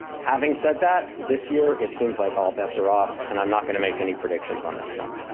having said that, this year, it seems like all bets are off. and i'm not gonna make any predictions on that front.